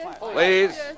Please